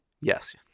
Yes